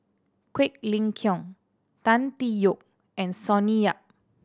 Quek Ling Kiong Tan Tee Yoke and Sonny Yap